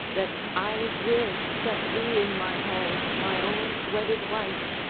that i will set thee in my halls my own wedded wife,